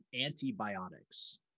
antibiotics